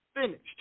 finished